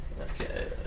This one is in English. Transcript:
Okay